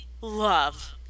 love